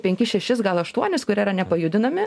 penkis šešis gal aštuonis kurie yra nepajudinami